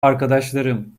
arkadaşlarım